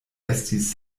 estis